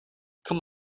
come